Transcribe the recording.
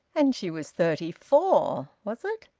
and she was thirty-four was it?